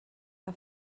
que